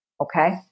okay